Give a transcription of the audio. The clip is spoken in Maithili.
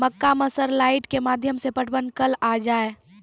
मक्का मैं सर लाइट के माध्यम से पटवन कल आ जाए?